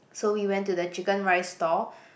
so we went to the chicken rice stall